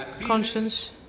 conscience